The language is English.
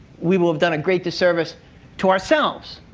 we will have done a great disservice to ourselves,